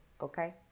Okay